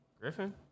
Griffin